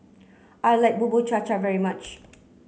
I like Bubur Cha Cha very much